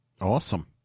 Awesome